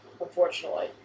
unfortunately